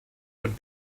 would